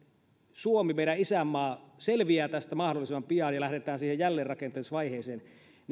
suomi meidän isänmaa selviää tästä mahdollisimman pian ja lähdetään siihen jälleenrakentamisvaiheeseen